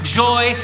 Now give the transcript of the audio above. joy